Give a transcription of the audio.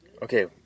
Okay